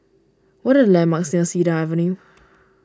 what are the landmarks Cedar Avenue